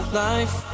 life